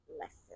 lesson